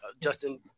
Justin